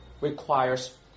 requires